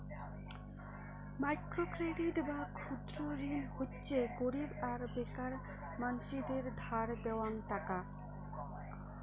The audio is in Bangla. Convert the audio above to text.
মাইক্রো ক্রেডিট বা ক্ষুদ্র ঋণ হচ্যে গরীব আর বেকার মানসিদের ধার দেওয়াং টাকা